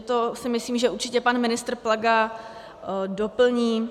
To si myslím, že určitě pan ministr Plaga doplní.